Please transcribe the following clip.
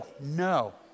No